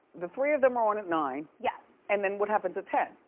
the three of them are on at nine. yes. and then what happens at ten?